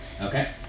Okay